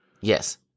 Yes